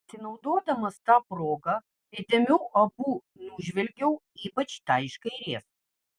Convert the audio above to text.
pasinaudodamas ta proga įdėmiai abu nužvelgiau ypač tą iš kairės